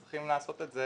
צריכים לעשות את זה